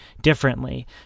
differently